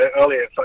earlier